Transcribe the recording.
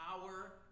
power